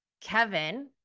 Kevin